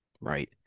right